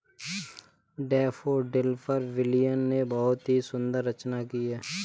daffodil पर William ने बहुत ही सुंदर रचना की है